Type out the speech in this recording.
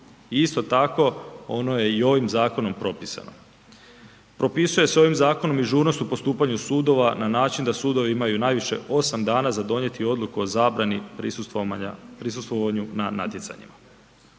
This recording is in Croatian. Isto tako, ono je i ovim zakonom propisano. Propisuje se ovim zakonom i žurnost u postupanju sudova na način da sudovi imaju najviše 8 dana za donijeti odluku o zabrani prisustvovanju na natjecanju.